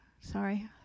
Sorry